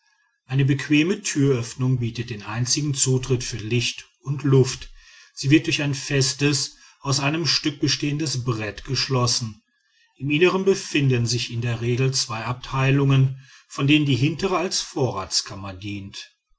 eine bequeme türöffnung bietet den einzigen zutritt für licht und luft sie wird durch ein festes aus einem stück bestehendes brett geschlossen im innern befinden sich in der regel zwei abteilungen von denen die hintere als vorratskammer dient